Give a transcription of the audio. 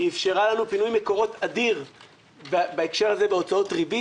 היא איפשרה לנו פינוי מקורות אדיר בהקשר הזה בהוצאות ריבית,